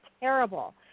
terrible